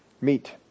meet